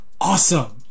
awesome